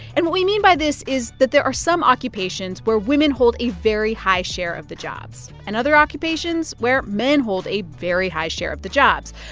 and what we mean by this is that there are some occupations where women hold a very high share of the jobs and other occupations where men hold a very high share of the jobs.